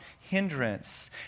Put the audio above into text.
hindrance